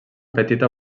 petita